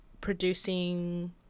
producing